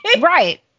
Right